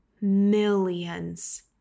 millions